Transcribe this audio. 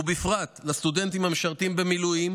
ובפרט לסטודנטים המשרתים במילואים,